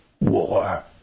War